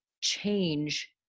change